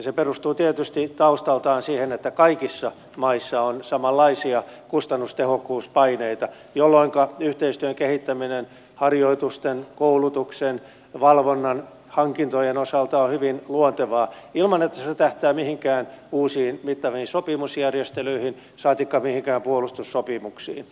se perustuu tietysti taustaltaan siihen että kaikissa maissa on samanlaisia kustannustehokkuuspaineita jolloinka yhteistyön kehittäminen harjoitusten koulutuksen valvonnan ja hankintojen osalta on hyvin luontevaa ilman että se tähtää mihinkään uusiin mittaviin sopimusjärjestelyihin saatikka mihinkään puolustussopimuksiin